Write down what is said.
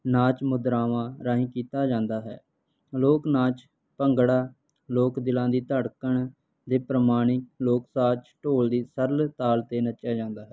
ਨਾਚ ਮੁਦਰਾਵਾਂ ਰਾਹੀਂ ਕੀਤਾ ਜਾਂਦਾ ਹੈ ਲੋਕ ਨਾਚ ਭੰਗੜਾ ਲੋਕ ਦਿਲਾਂ ਦੀ ਧੜਕਣ ਦੇ ਪ੍ਰਮਾਣੀ ਲੋਕ ਸਾਜ ਢੋਲ ਦੀ ਸਰਲ ਤਾਲ 'ਤੇ ਨੱਚਿਆ ਜਾਂਦਾ ਹੈ